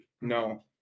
No